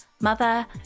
mother